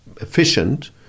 efficient